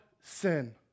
sin